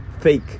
fake